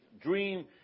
dream